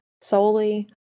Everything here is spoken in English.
solely